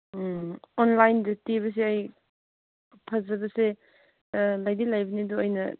ꯎꯝ ꯑꯣꯟꯂꯥꯏꯟꯗ ꯊꯤꯕꯁꯦ ꯑꯩ ꯐꯖꯕꯁꯦ ꯂꯩꯗꯤ ꯂꯩꯕꯅꯤ ꯑꯗꯨ ꯑꯩꯅ